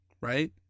right